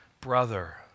brother